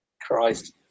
Christ